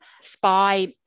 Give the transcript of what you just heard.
spy